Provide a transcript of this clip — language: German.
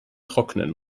trockenen